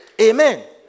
Amen